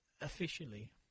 officially